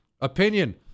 Opinion